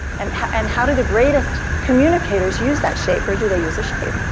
and and how did the greatest communicators use that shape, or do they use a shape?